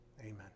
Amen